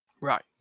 Right